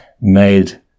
made